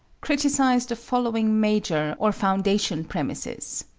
criticise the following major, or foundation, premises